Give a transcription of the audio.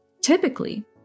typically